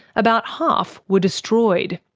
about half were destroyed.